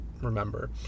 remember